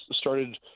started